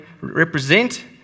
represent